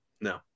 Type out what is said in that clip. No